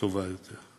טובה יותר.